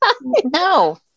No